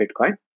Bitcoin